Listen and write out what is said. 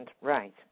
right